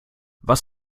was